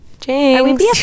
james